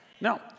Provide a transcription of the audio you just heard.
Now